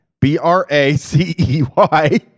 b-r-a-c-e-y